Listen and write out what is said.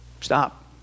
Stop